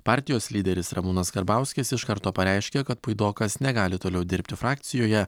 partijos lyderis ramūnas karbauskis iš karto pareiškė kad puidokas negali toliau dirbti frakcijoje